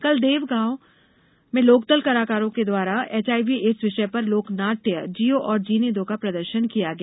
कल देवगांव में लोकदल कलाकारों के द्वारा एचआईवी एड्स विषय पर लोक नाट्य जियो और जीने दो का प्रदर्शन किया गया